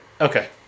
Okay